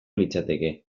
litzateke